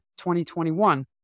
2021